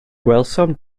gwelsom